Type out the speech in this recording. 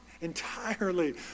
entirely